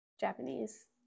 Japanese